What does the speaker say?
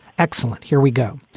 excellent. here we go.